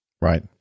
Right